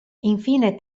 infine